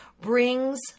brings